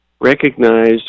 recognize